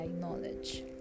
knowledge